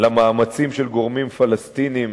למאמצים של גורמים פלסטיניים,